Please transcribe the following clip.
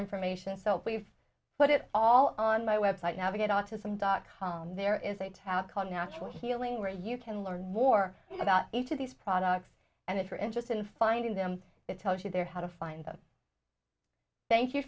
information so we've put it all on my website now to get autism dot com there is a town called natural healing where you can learn more about each of these products and it her interest in finding them it tells you there how to find them thank you